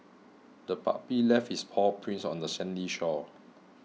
the puppy left its paw prints on the sandy shore